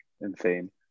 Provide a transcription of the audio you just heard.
insane